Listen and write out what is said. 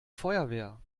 feuerwehr